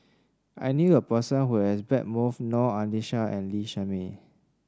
I knew a person who has bet moth Noor Aishah and Lee Shermay